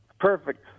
perfect